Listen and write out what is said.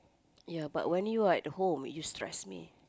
ya but when you are at home you stress me